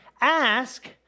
ask